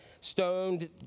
stoned